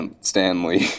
Stanley